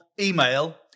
email